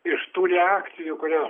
iš tų reakcijų kurias